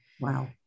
Wow